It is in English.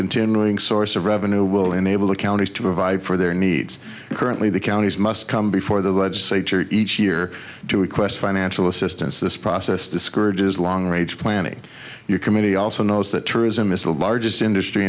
continuing source of revenue will enable the counties to provide for their needs currently the counties must come before the legislature each year to request financial assistance this process discourages long range planning your committee also knows that tourism is the largest industry